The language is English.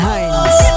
Hines